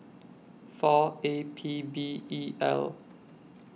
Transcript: four A P B E L